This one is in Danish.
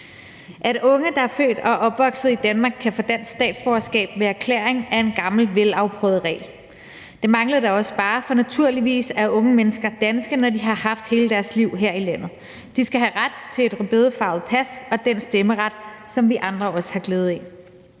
At unge, der er født og opvokset i Danmark, kan få dansk statsborgerskab ved erklæring, er en gammel, velafprøvet regel. Det manglede da også bare, for naturligvis er unge mennesker danske, når de har haft hele deres liv her i landet. De skal have ret til et rødbedefarvet pas og den stemmeret, som vi andre også har glæde af.